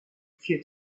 future